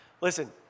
Listen